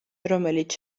რომელიც